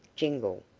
jingle!